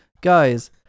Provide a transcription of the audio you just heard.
guys